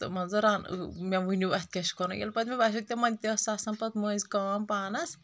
تہٕ مان ژٕ رن مےٚ ؤنو اتھ کیاہ چھُ کرُن ییٚلہ پتہٕ مےٚ باسیو تِمن تہِ ٲس آسان پتہٕ مٔنٛزۍ کٲم پانس